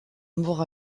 mort